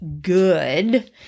good